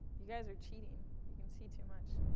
you guys are cheating. you can see too much.